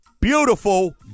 beautiful